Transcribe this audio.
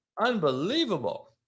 unbelievable